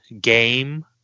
game